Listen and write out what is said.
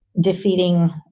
defeating